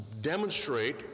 demonstrate